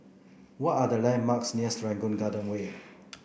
what are the landmarks near Serangoon Garden Way